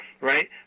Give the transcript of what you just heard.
right